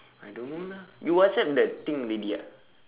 I don't know lah you whatsapp that thing already ah